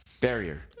Barrier